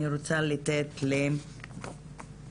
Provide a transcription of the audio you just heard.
אני רוצה לתת לליאור